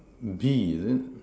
D is it